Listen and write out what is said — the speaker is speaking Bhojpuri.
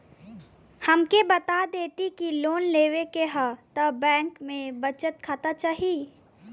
हमके बता देती की लोन लेवे के हव त बैंक में बचत खाता चाही?